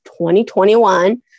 2021